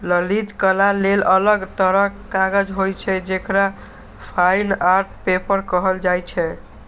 ललित कला लेल अलग तरहक कागज होइ छै, जेकरा फाइन आर्ट पेपर कहल जाइ छै